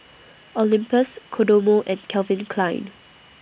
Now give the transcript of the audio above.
Olympus Kodomo and Calvin Klein